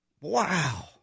wow